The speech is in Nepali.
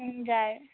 हजुर